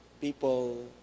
People